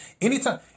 Anytime